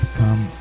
come